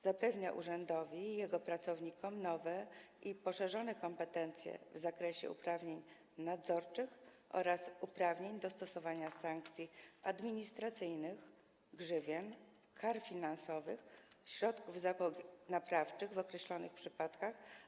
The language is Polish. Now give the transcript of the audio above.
Zapewnia on urzędowi komisji i jego pracownikom nowe i poszerzone kompetencje w zakresie uprawnień nadzorczych oraz uprawnień do stosowania sankcji administracyjnych, grzywien, kar finansowych i środków naprawczych w określonych przypadkach.